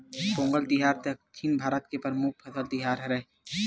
पोंगल तिहार दक्छिन भारत के परमुख फसल तिहार हरय